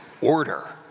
order